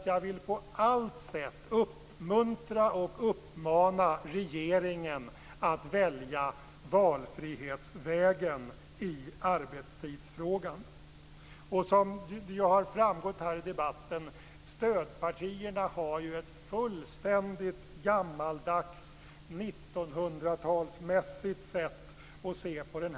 Jag vill på allt sätt uppmana regeringen att välja valfrihetsvägen i arbetstidsfrågan. Det har framgått här i debatten att stödpartierna har ett fullständigt gammaldags, 1900 talsmässigt sätt att se på frågan.